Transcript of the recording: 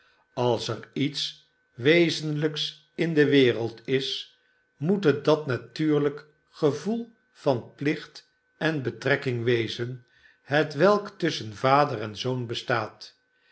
als er iets wezenlijks in de wereld is moet het dat natuurlijk gevoel van plicht en betrekking wezen hetwelk tusschen vader en zoon bestaat